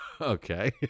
Okay